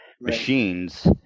machines